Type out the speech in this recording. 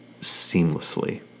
seamlessly